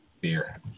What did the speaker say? beer